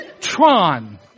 Tron